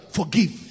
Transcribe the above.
forgive